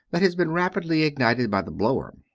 that has been rapidly ignited by the blower.